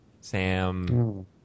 Sam